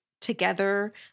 together